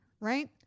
right